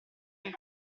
nel